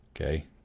Okay